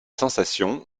sensations